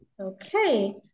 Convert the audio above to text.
Okay